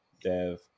dev